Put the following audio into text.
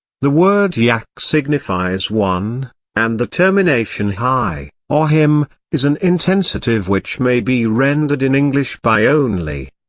the word yak signifies one and the termination hi, or him, is an intensitive which may be rendered in english by only.